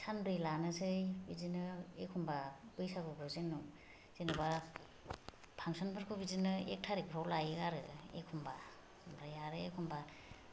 सानब्रै लानोसै बिदिनो एखम्बा बैसागुफोराव जोंनाव जेनेबा फांसनफोरखौ बिदिनो एक थारिखफोराव लायो आरो एखम्बा ओमफ्राय आरो एखम्बा